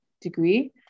degree